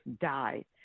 died